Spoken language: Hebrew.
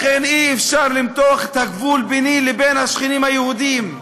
לכן אי-אפשר למתוח את הגבול ביני לבין השכנים היהודים.